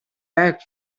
back